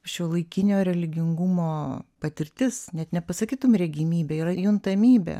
šiuolaikinio religingumo patirtis net nepasakytum regimybė yra juntamybė